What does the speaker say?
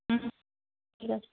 হুম ঠিক আছে